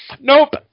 nope